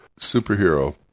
superhero